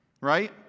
right